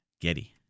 Getty